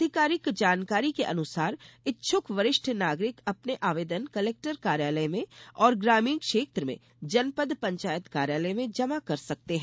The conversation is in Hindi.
अधिकारिक जानकारी के अनुसार इच्छ्क वरिष्ठ नागरिक अपने आवेदन कलेक्टर कार्यालय में और ग्रामीण क्षेत्र में जनपद पंचायत कार्यालय में आवेदन जमा कर सकते हैं